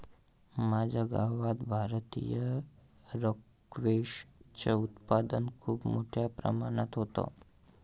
माझ्या गावात भारतीय स्क्वॅश च उत्पादन खूप मोठ्या प्रमाणात होतं